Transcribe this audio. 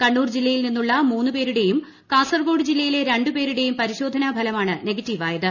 കണ്ണൂർ ജില്ലയിൽ നിന്നുള്ള മൂന്ന് പേരുടേയും കാസർഗോഡ് ജില്ലയിലെ രണ്ടു പേരുടേയും പരിശോധനാ ഫലമാണ് നെഗറ്റീവായത്